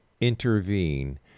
intervene